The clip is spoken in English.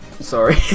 sorry